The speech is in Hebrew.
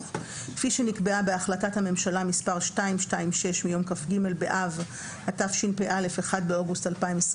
כפי שנקבעה בהחלטת הממשלה מס' 226 מיום כ"ג באב התשפ"א (1 באוגוסט 2021)